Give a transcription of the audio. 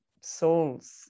souls